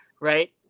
Right